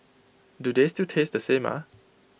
do they still taste the same ah